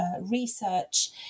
research